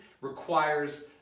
requires